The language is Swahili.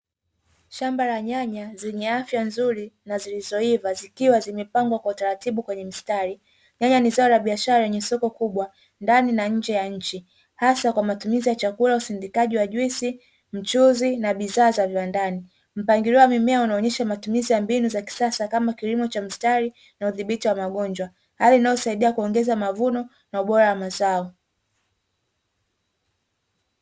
Shamba la nyanya zenye afya nzuri na zilizoiva zikiwa zimepangwa kwa utaratibu kwenye mstari nyanya ni zao la biashara lenye soko kubwa ndani na nje ya nchi hasa kwa matumizi ya chakula usindikaji wa juisi mchuzi na bidhaa za viwandani, mpangilio wa mimea unaonyesha matumizi ya mbinu za kisasa kama kilimo cha mstari na udhibiti wa magonjwa, hali inayosaidia kuongeza mavuno na ubora wa mazao.